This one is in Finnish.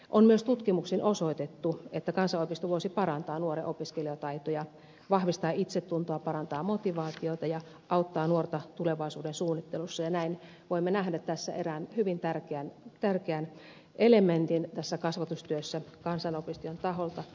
on myös tutkimuksin osoitettu että kansanopisto voisi parantaa nuoren opiskelutaitoja vahvistaa itsetuntoa parantaa motivaatiota ja auttaa nuorta tulevaisuudensuunnittelussa ja näin voimme nähdä erään hyvin tärkeän elementin tässä kasvatustyössä kansanopistojen taholta